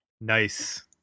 Nice